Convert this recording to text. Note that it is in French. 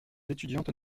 étudiantes